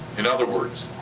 in other words,